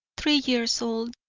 three years old,